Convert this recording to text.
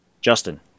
Justin